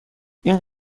این